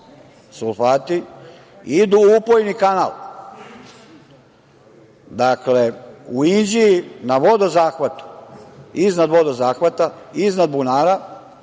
sulfati, idu u upojni kanal. Dakle, u Inđiji na vodozahvatu, iznad vodozahvata, iznad bunara,